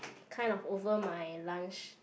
kind of over my lunch